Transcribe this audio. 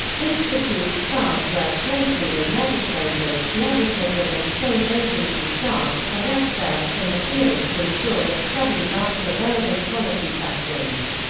institute staff work closely with legislators, legislative and state agency staff, and experts in the field to ensure that studies answer relevant policy questions.